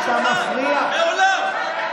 חבר הכנסת קיש, אתה מפריע לראש מפלגתך.